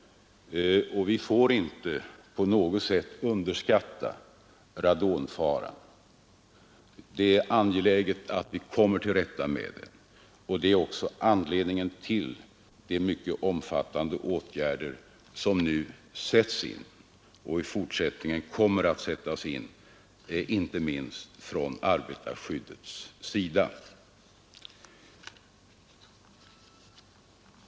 Vi får inte på något sätt underskatta radonfaran. Vi måste komma till rätta med detta problem, och det är också anledningen till de mycket omfattande åtgärder som nu sätts in och i fortsättningen kommer att sättas in, inte minst från arbetarskyddets sida.